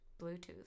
Bluetooth